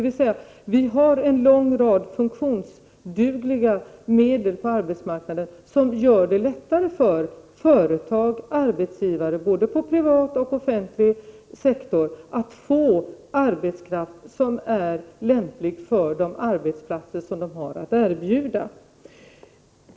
Vi har en lång rad funktionsdugliga medel på arbetsmarknaden som gör det lättare för företag, arbetsgivare — både på privat och offentlig sektor — att få arbetskraft som är lämplig för de arbetsplatser som de har att erbjuda.